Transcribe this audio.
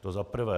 To za prvé.